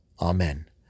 Amen